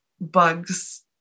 bugs